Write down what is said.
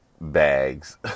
bags